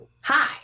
Hi